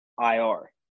ir